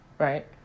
Right